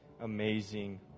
amazing